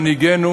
מנהיגנו